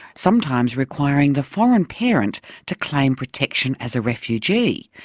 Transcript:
sometimes requiring the foreign parent to claim protection as a refugee,